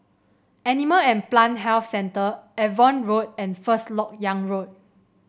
Animal and Plant Health Centre Avon Road and First LoK Yang Road